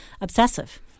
obsessive